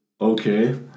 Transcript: okay